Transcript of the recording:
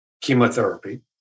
Chemotherapy